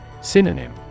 Synonym